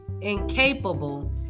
incapable